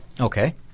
Okay